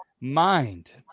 mind